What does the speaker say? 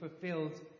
fulfilled